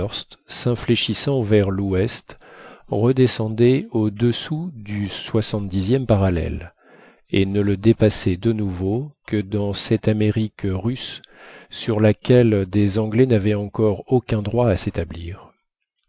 s'infléchissant vers l'ouest redescendait au-dessous du soixante dixième parallèle et ne le dépassait de nouveau que dans cette amérique russe sur laquelle des anglais n'avaient encore aucun droit à s'établir